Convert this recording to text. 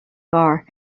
gar